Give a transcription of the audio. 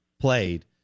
played